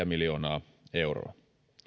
miljoonaa euroa